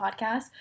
podcast